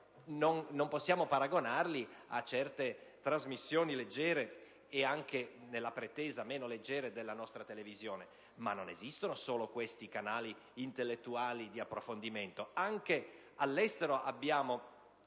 non possiamo certo paragonarli a certe trasmissioni leggere, e anche, nella pretesa, meno leggere della nostra televisione. Ma non esistono solo questi canali intellettuali di approfondimento;